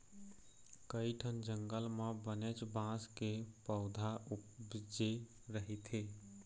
कइठन जंगल म बनेच बांस के पउथा उपजे रहिथे